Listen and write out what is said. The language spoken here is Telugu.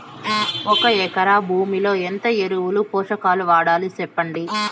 ఒక ఎకరా భూమిలో ఎంత ఎరువులు, పోషకాలు వాడాలి సెప్పండి?